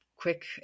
Quick